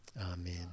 Amen